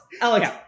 Alex